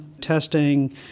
testing